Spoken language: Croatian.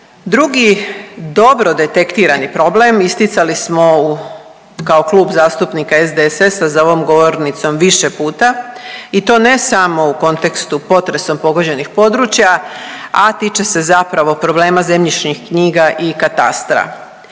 Drugi dobro detektirani problem isticali smo u kao Klub zastupnika SDSS-a za ovom govornicom više puta i to ne samo u kontekstu potresom pogođenih područja, a tiče se zapravo problema zemljišnih knjiga i katastra.